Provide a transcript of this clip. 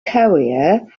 career